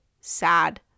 sad